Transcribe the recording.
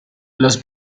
los